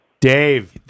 Dave